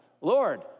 Lord